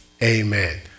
Amen